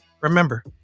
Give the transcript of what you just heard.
Remember